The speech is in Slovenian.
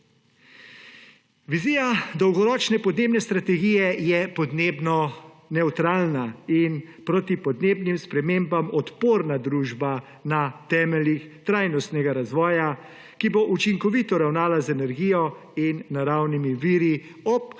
Vizija dolgoročne podnebne strategije je podnebno nevtralna in proti podnebnim spremembam odporna družba na temeljih trajnostnega razvoja, ki bo učinkovito ravnala z energijo in naravnimi viri, ob hkratnem